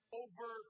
over